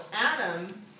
Adam